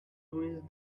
ruins